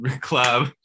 club